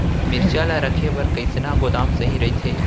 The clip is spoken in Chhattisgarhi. मिरचा ला रखे बर कईसना गोदाम सही रइथे?